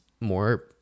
more